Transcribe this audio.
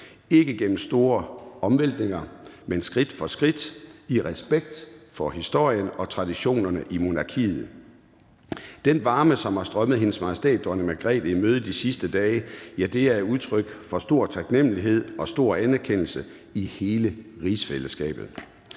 ikke gennem store omvæltninger, men skridt for skridt, i respekt for historien og traditionerne i monarkiet. Den varme, som har strømmet Hendes Majestæt Dronning Margrethe i møde de sidste dage, er udtryk for stor taknemmelighed og stor anerkendelse i hele rigsfællesskabet.